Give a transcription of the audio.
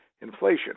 inflation